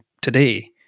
today